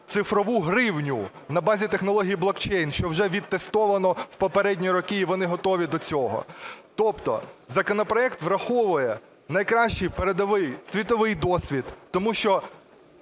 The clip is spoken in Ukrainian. цифрову гривню на базі технології блокчейн, що вже відтестовано в попередні роки, і вони готові до цього. Тобто законопроект враховує найкращий передовий світовий досвід, тому що